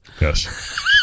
yes